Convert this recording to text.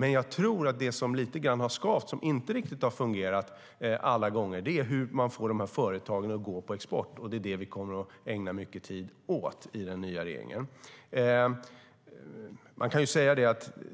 Men jag tror att det som lite grann har skavt och inte riktigt fungerat alla gånger är hur man får företagen att gå på export. Det kommer vi att ägna mycket tid åt i den nya regeringen.